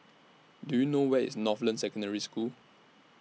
Do YOU know Where IS Northland Secondary School